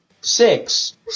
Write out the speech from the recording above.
six